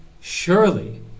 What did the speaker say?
surely